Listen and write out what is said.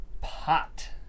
Pot